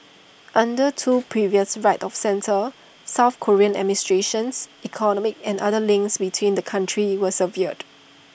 under two previous right of centre south Korean administrations economic and other links between the countries were severed